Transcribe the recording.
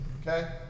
Okay